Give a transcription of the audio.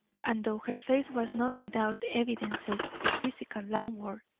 and, though her face was not without evidences of physical languor,